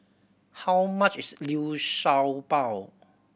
how much is liu shao bao